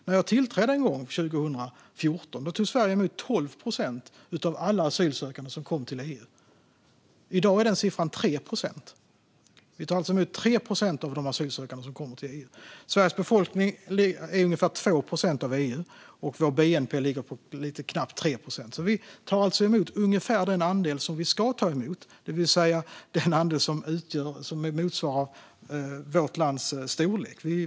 När jag tillträdde 2014 tog Sverige emot 12 procent av alla asylsökande som kom till EU. I dag är den siffran 3 procent. Vi tar alltså emot 3 procent av de asylsökande som kommer till EU. Sveriges befolkning är ungefär 2 procent av EU:s, och vår bnp ligger på knappt 3 procent. Vi tar alltså emot ungefär den andel som vi ska ta emot, det vill säga den andel som motsvarar vårt lands storlek.